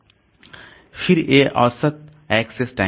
फिर ये औसत एक्सेस टाइम